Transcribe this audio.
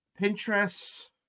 Pinterest